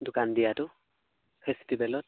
দোকান দিয়াতটো ফেষ্টষ্টিভেলত